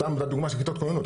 סתם נתתי דוגמה של כיתות כוננות.